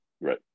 Right